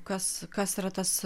kas kas yra tas